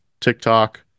TikTok